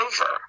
over